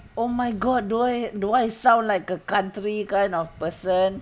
oh my god do I do I sound like a country kind of person